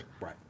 Right